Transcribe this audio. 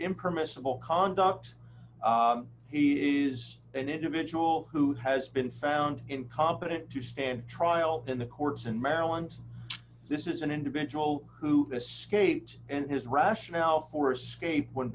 impermissible conduct he is an individual who has been found incompetent to stand trial in the courts in maryland this is an individual who the skate and his rationale for escape when